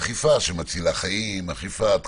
אכיפה שמצילה חיים, אכיפת קורונה.